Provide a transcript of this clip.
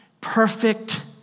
perfect